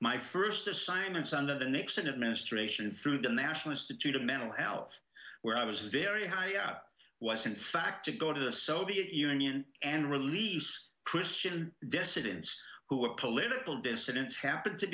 my first assignments under the nixon administration through the national institute of mental health where i was very high up was in fact to go to the soviet union and release christian dissidents who were political dissidents happened to